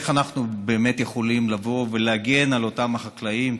איך אנחנו יכולים לבוא ולהגן על אותם חקלאים,